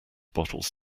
bottles